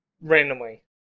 randomly